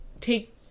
take